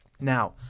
Now